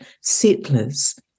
settlers